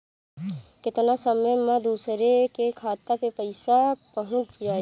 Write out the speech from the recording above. केतना समय मं दूसरे के खाता मे पईसा पहुंच जाई?